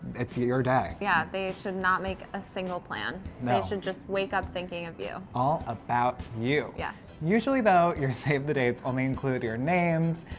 it's your your day. yeah, they should not make a single plan. they should just wake up thinking of you. all about you. yes usually, though, your save the dates only include your names,